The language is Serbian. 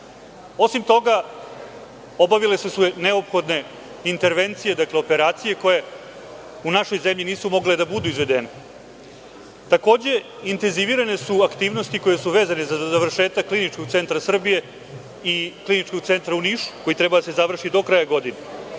Osim toga, obavile su se neophodne intervencije, operacije koje u našoj zemlji nisu mogle da budu izvedene. Takođe, intenzivirane su aktivnosti koje su vezane za završetak Kliničkog centra Srbije i Kliničkog centra u Nišu koji treba da se završi do kraja godine.